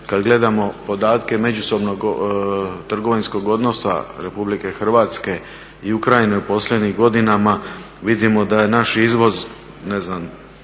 kada gledamo podatke međusobnog trgovinskog odnosa RH i Ukrajine u posljednjim godinama vidimo da je naš izvoz ne znam